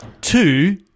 Two